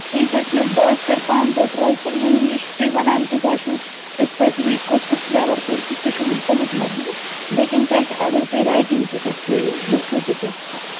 ٹھیٖک حظ چھُ بہٕ حظ کرٕ پانہٕ تہٕ ٹرٛاے تہٕ وۄنۍ یہِ چھُ تُہۍ وَنان کہِ تۄہہِ چھُو أسۍ پٲٹھۍ یہِ کُس کُس فٕلیوَر تھٲیِو تہٕ سُہ چھُ وٕنۍ تُہٕنٛز مرضی لیکِن پٮ۪ٹھ اگر تُہۍ رایٹِنٛگ تہِ تَتھ تھٲیِو لیکھِو تہٕ پٮ۪ٹھ تَتھ